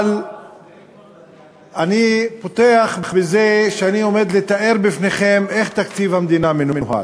אבל אני פותח בזה שאני עומד לתאר בפניכם איך תקציב המדינה מנוהל.